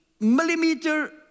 millimeter